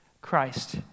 Christ